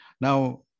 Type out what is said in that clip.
Now